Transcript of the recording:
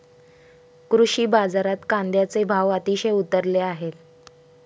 कृषी बाजारात कांद्याचे भाव अतिशय उतरले आहेत